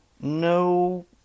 No